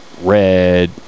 red